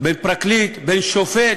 בין פרקליט בין שופט.